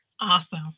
Awesome